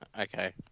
okay